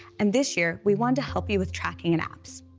and this year, we wanted to help you with tracking in apps.